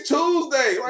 Tuesday